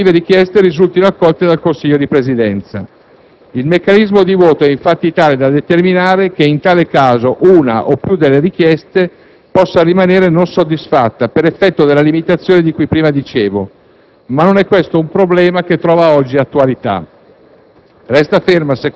e se tutte le relative richieste risultino accolte dal Consiglio di Presidenza. Il meccanismo di voto è infatti tale da determinare che, in tale caso, una o più delle richieste possano rimanere non soddisfatte per effetto della limitazione di cui prima dicevo. Ma non è questo un problema che trova oggi attualità.